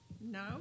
No